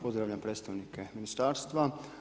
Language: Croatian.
Pozdravljam predstavnike Ministarstva.